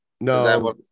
No